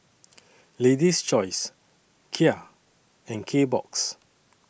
Lady's Choice Kia and Kbox